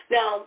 Now